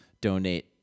donate